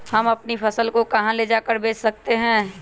हम अपनी फसल को कहां ले जाकर बेच सकते हैं?